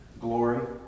glory